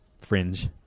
Fringe